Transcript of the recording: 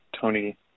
Tony